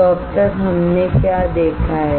तो अब तक हमने क्या देखा है